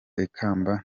ikamba